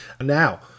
Now